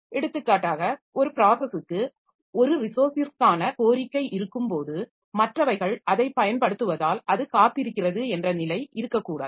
எடுத்துக்காட்டாக ஒரு ப்ராஸஸுக்கு ஒரு ரிசோர்ஸ்ஸிற்கான கோரிக்கை இருக்கும்போது மற்றவைகள் அதைப் பயன்படுத்துவதால் அது காத்திருக்கிறது என்ற நிலை இருக்கக் கூடாது